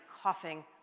coughing